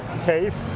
taste